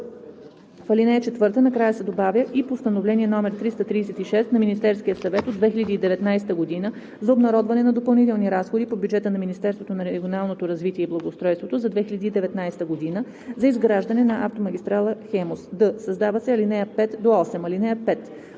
в ал. 4 накрая се добавя „и Постановление № 336 на Министерския съвет от 2019 г. за одобряване на допълнителни разходи по бюджета на Министерството на регионалното развитие и благоустройството за 2019 г. за изграждане на автомагистрала „Хемус“ (ДВ, бр. 99 от